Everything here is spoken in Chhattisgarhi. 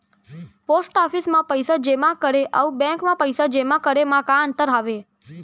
पोस्ट ऑफिस मा पइसा जेमा करे अऊ बैंक मा पइसा जेमा करे मा का अंतर हावे